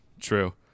true